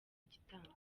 igitambo